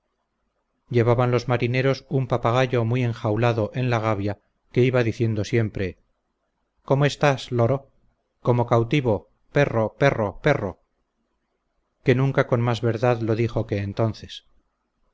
llevaban los marineros un papagayo muy enjaulado en la gavia que iba diciendo siempre cómo estás loro como cautivo perro perro perro que nunca con más verdad lo dijo que entonces